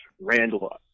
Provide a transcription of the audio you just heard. Randall